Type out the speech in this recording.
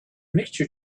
mixture